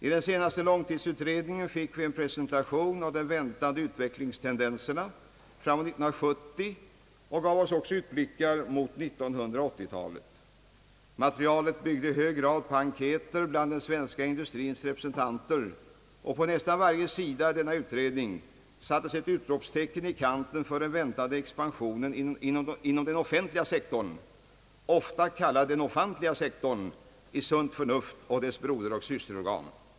I den senaste långtidsutredningen fick vi en presentation av de väntade utvecklingstendenserna fram till 1970, och den gav oss även utblickar fram mot 1980-talet. Materialet byggde i hög grad på enkäter bland den svenska industrins representanter, och på nästa varje sida i denna utredning sattes ett utropstecken i kanten för den väntade expansionen inom den offentliga sektorn, ofta kallad den ofantliga sektorn i Sunt Förnuft samt dess broderoch systerorgan.